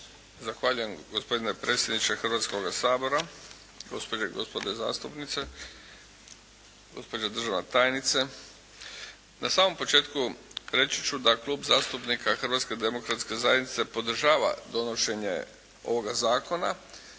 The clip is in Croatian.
Zahvaljujem gospodine predsjedniče Hrvatskoga sabora, gospođe i gospode zastupnici, gospođo državna tajnice. Na samom početku reći ću da Klub zastupnika Hrvatske demokratske zajednice podržava donošenje ovoga zakona